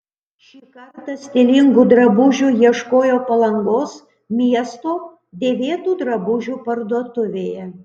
šį kartą stilingų drabužių ieškojo palangos miesto dėvėtų drabužių parduotuvėje